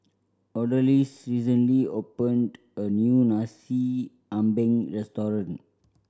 Odalis recently opened a new Nasi Ambeng restaurant